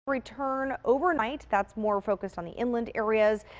return overnight that's more focus on the inland areas.